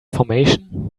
formation